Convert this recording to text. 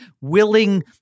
willing